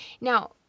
Now